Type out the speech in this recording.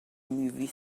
movie